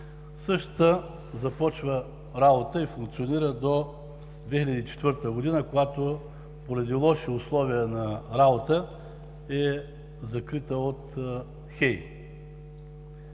Същата започва работа и функционира до 2004 г., когато поради лоши условия на работа е закрита от ХЕИ.